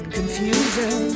confusion